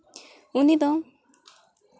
ᱩᱱᱤ ᱫᱚ